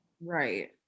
Right